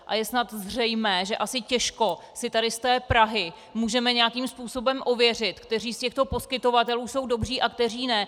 A je snad zřejmé, že asi těžko si tady z té Prahy můžeme nějakým způsobem ověřit, kteří z těchto poskytovatelů jsou dobří a kteří ne.